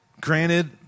granted